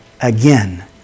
again